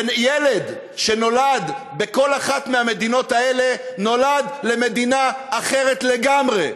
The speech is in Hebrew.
ילד שנולד בכל אחת מהמדינות האלה נולד למדינה אחרת לגמרי,